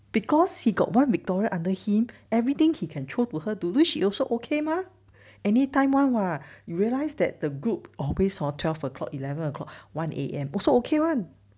because he got one victoria under him everything he can throw to her to do she also okay mah anytime [one] [what] you realise that the group always hor twelve o'clock eleven o'clock one A_M also okay [one]